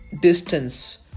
distance